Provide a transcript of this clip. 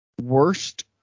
worst